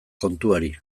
kontuari